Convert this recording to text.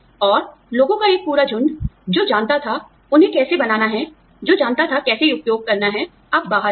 और लोगों का एक पूरा झुंड जो जानता था उन्हें कैसे बनाना है जो जानता था कैसे उपयोग करना है अब बाहर है